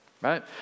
right